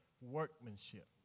workmanship